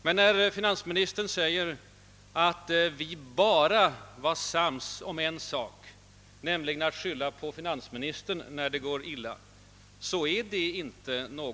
Men när finansministern säger att vi »bara» var sams om en sak, nämligen om att skylla på finansministern då det går illa, måste jag göra en invändning.